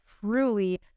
truly